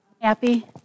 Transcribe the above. Happy